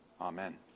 Amen